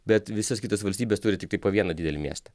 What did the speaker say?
bet visos kitos valstybės turi tiktai po vieną didelį miestą